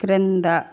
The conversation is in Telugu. క్రింద